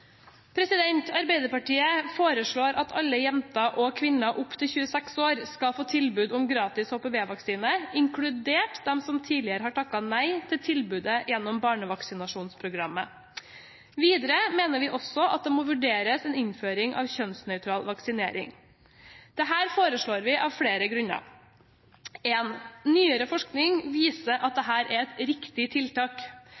Arbeiderpartiet foreslår at alle jenter og kvinner opp til 26 år skal få tilbud om gratis HPV-vaksine, inkludert dem som tidligere har takket nei til tilbudet gjennom barnevaksinasjonsprogrammet. Videre mener vi også at det må vurderes en innføring av kjønnsnøytral vaksinering. Dette foreslår vi av flere grunner. Punkt nr. 1: Nyere forskning viser at dette er et riktig tiltak.